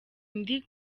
ndi